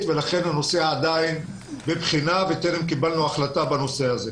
ולכן הנושא עדיין בבחינה וטרם קיבלנו החלטה בנושא הזה.